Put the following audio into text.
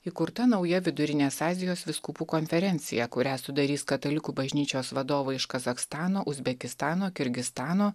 įkurta nauja vidurinės azijos vyskupų konferencija kurią sudarys katalikų bažnyčios vadovai iš kazachstano uzbekistano kirgizstano